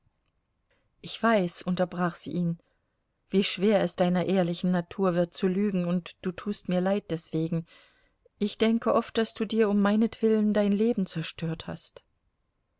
ich weiß unterbrach sie ihn wie schwer es deiner ehrlichen natur wird zu lügen und du tust mir leid deswegen ich denke oft daß du dir um meinetwillen dein leben zerstört hast